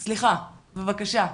בבקשה.